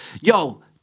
Yo